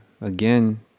again